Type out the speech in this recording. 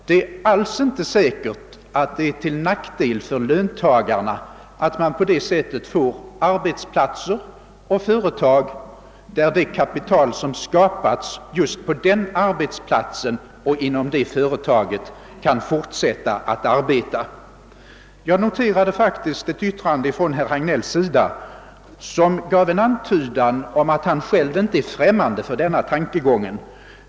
Det är alls inte säkert att det är till nackdel för löntagarna att man på det sätt som motionen siktar till får arbetsplatser och företag, där det kapital, som skapats just på denna arbetsplats och inom detta företag, kan fortsätta att arbeta. Jag noterade faktiskt ett yttrande av herr Hagnell, som gav en antydan om att han själv inte är främmande för denna tankegång.